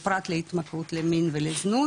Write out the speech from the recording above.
פרט להתמכרות למין ולזנות,